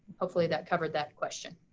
hopefully that covered that question.